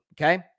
okay